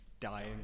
dying